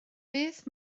beth